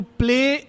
play